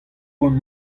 boan